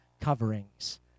coverings